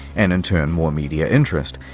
and in turn, more media interest.